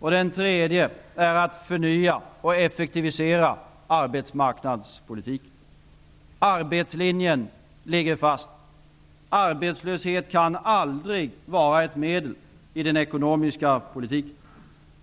Den tredje är att förnya och effektivisera arbetsmarknadspolitiken. Arbetslinjen ligger fast. Arbetslöshet kan aldrig vara ett medel i den ekonomiska politiken.